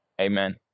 Amen